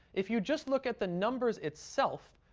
if you just look at the numbers itself,